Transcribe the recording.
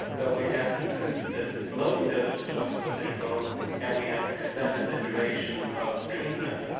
ah we have increased the loading doses of clopidogrel and we have extended the duration of treatment.